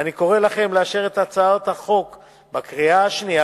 ואני קורא לכם לאשר אותה בקריאה השנייה